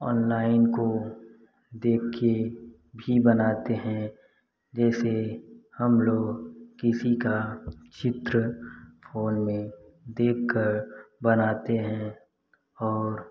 online को देख कर भी बनाते है जैसे हम लोग किसी का चित्र फोन में देख कर बनाते हैं और